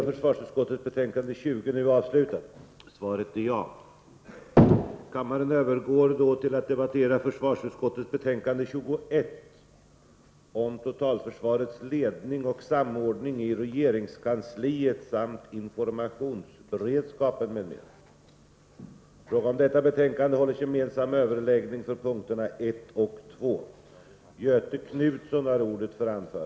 Försvarsutskottets betänkanden 20 och 21 kommer att behandlas i tur och ordning. Voteringarna äger rum i ett sammanhang efter avslutad debatt. I fråga om detta betänkande hålls gemensam överläggning för samtliga punkter.